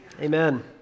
Amen